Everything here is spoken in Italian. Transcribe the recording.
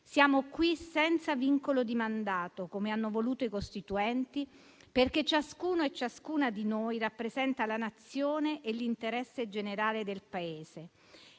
Siamo qui senza vincolo di mandato, come hanno voluto i Costituenti, perché ciascuno e ciascuna di noi rappresenta la Nazione e l'interesse generale del Paese.